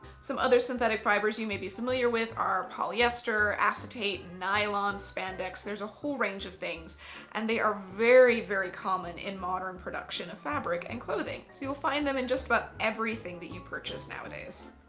some other synthetic fibres you may be familiar with are polyester, acetate, nylon, spandex. there's a whole range of things and they are very very common in modern production of fabric and clothing. so you'll find them in just about everything that you purchase nowadays.